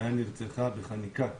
מאיה נרצחה בחניקה